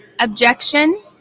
Objection